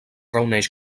reuneix